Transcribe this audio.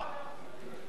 על מה אתה מדבר?